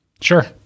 Sure